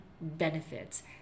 benefits